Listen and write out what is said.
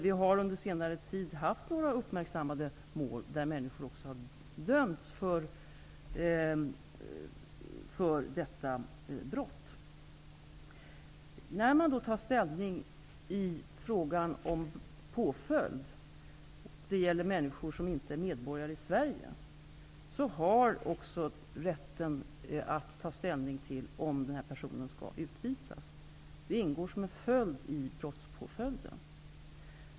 Vi har under senare tid haft några uppmärksammade mål, där människor också har dömts för detta brott. När man tar ställning i frågan om påföljd och det gäller en person som inte är medborgare i Sverige, har rätten också att ta ställning till om personen i fråga skall utvisas. Det ingår som en följd i brottspåföljden.